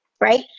Right